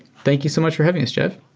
thank you so much for having us, jeff.